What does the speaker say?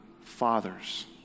fathers